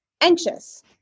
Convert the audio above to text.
anxious